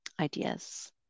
ideas